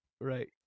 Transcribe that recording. Right